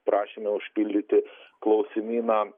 prašėme užpildyti klausimyną